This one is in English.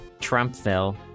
Trumpville